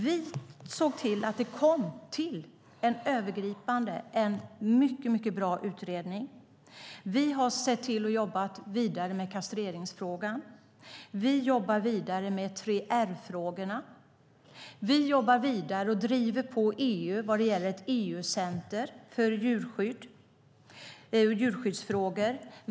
Vi såg till att en övergripande och mycket bra utredning kom till. Vi har jobbat vidare med kastreringsfrågan. Vi jobbar vidare med 3R-frågorna. Vi jobbar vidare, och driver på EU, vad gäller ett EU-center för djurskydd och djurskyddsfrågor.